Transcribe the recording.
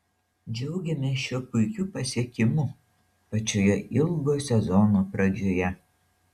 džiaugiamės šiuo puikiu pasiekimu pačioje ilgo sezono pradžioje